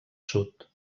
sud